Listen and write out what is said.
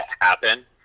happen